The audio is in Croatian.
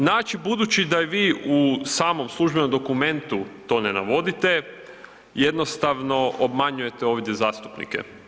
Znači budući da vi u samom službenom dokumentu to ne navodite, jednostavno obmanjujete ovdje zastupnike.